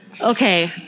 Okay